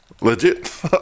legit